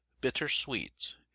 bitter-sweet